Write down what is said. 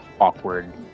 awkward